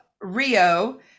Rio